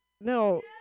No